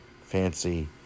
fancy